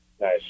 Nice